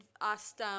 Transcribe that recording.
asked